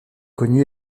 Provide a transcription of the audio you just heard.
connu